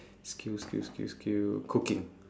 skill skill skill skill cooking